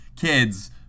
kids